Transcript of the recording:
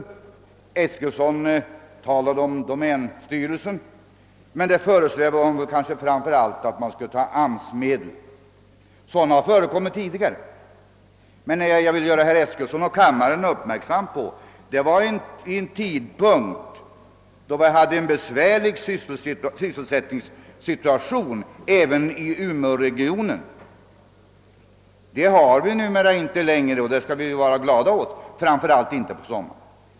Herr Eskilsson talade om domänstyrelsen, men framför allt föresvävar det honom kanske att man skall ta AMS-medel till hjälp. Sådant har förekommit. Jag vill fästa herr Eskilssons och kammarens uppmärksamhet på att detta skedde vid en tidpunkt då vi hade en besvärlig sysselsättningssituation även i umeåregionen. Det har vi inte just nu, framför allt inte på sommaren, och det skall vi vara glada för.